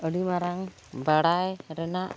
ᱟᱹᱰᱤ ᱢᱟᱨᱟᱝ ᱵᱟᱲᱟᱭ ᱨᱮᱱᱟᱜ